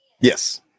Yes